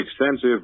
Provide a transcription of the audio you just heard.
extensive